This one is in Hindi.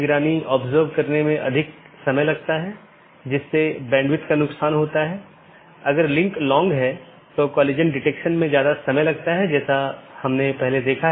और जब यह विज्ञापन के लिए होता है तो यह अपडेट संदेश प्रारूप या अपडेट संदेश प्रोटोकॉल BGP में उपयोग किया जाता है हम उस पर आएँगे कि अपडेट क्या है